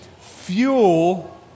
fuel